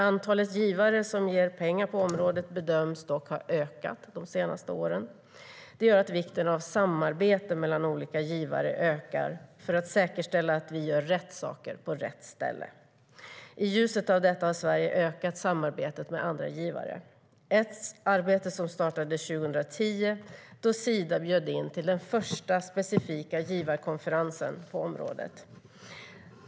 Antalet givare som ger pengar på området bedöms ha ökat de senaste åren. Det gör att vikten av samarbete mellan olika givare ökar för att säkerställa att vi gör rätt saker på rätt ställe. I ljuset av detta har Sverige ökat samarbetet med andra givare. Det är ett arbete som startade 2010, då Sida bjöd in till den första specifika givarkonferensen på området.